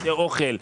בתי אוכל,